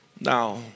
Now